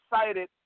excited